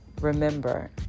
Remember